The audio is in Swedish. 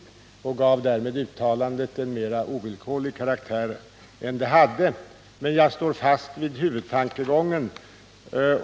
Han gav därmed uttalandet en mer ovillkorlig karaktär än det ursprungligen hade. Men jag håller fast vid huvudtankegången.